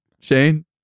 Shane